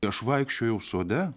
aš vaikščiojau sode